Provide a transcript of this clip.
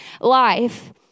life